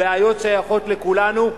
הבעיות שייכות לכולנו,